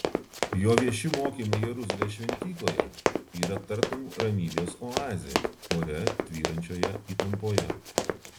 jo vieši mokymai jeruzalės šventykloje yra tartum ramybės oazė ore tvyrančioje įtampoje